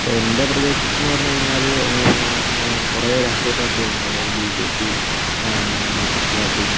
ഇപ്പോൾ എന്റെ പ്രദേശത്ത് എന്ന് പറഞ്ഞുകഴിഞ്ഞാൽ കുറേ രാഷ്ട്രീയ പാർട്ടികളുണ്ട് അതായത് B J P Marxist party